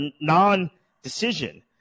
non-decision